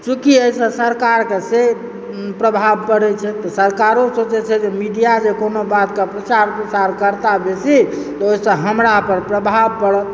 चूँकि एहिसँ सरकारकऽ से प्रभाव पड़ैत छै सरकारोकऽ जे छै मीडिया जे छै कोनो बातकऽ प्रचार प्रसार करताह बेसी तऽ ओहिसँ हमरा पर प्रभाव पड़त